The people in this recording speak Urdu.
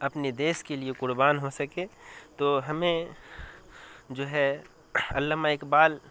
اپنے دیش کے لیے قربان ہو سکے تو ہمیں جو ہے علامہ اقبال